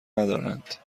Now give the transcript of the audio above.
ندارند